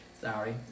Sorry